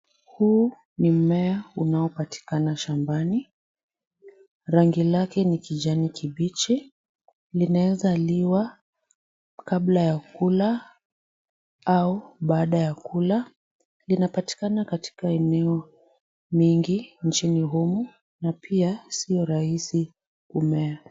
Huu ni mmea unaopatikana shambani. Rangi lake ni kijani kibichi. Linaweza liwa kabla ya kula au baada ya kula. Linapatikana katika eneo mingi nchini humu na pia sio rahisi kumea.